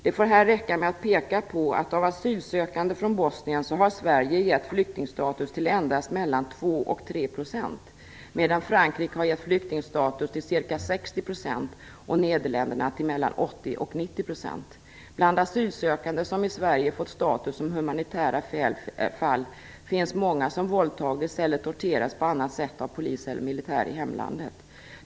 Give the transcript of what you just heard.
Det får här räcka med att peka på att av asylsökande från Bosnien har Sverige gett flyktingstatus till endast mellan 2 och 3 % medan Frankrike har gett flyktingstatus till ca 60 % och Nederländerna till mellan 80 och 90 %. Bland asylsökande som i Sverige fått status som humanitära fall finns många som våldtagits eller torterats på annat sätt av polis eller militär i hemlandet.